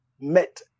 met